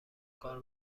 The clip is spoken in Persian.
کار